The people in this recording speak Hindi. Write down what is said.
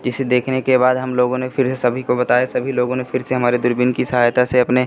जिसे देखने के बाद हमलोगों ने फिर से सभी को बताया सभी लोगों ने फिर से हमारे दूरबीन की सहायता से अपने